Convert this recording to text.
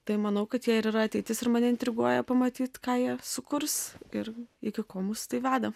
tai manau kad jie ir yra ateitis ir mane intriguoja pamatyt ką jie sukurs ir iki ko mus tai veda